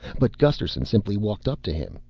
but gusterson simply walked up to him.